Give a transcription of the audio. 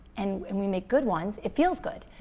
and and we make good ones, it feels good,